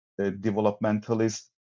developmentalist